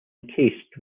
encased